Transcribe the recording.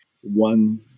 one